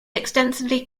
extensively